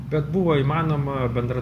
bet buvo įmanoma bendra